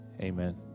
Amen